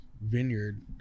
vineyard